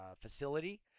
facility